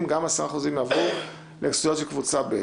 גם ה-10% יעברו לסיעות של קבוצה ב'.